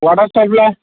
water supply